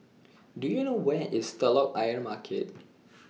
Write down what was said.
Do YOU know Where IS Telok Ayer Market